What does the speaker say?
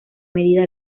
medida